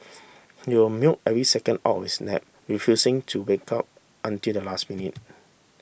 he will milk every second out of his nap refusing to wake up until the last minute